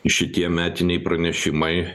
šitie metiniai pranešimai